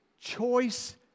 choice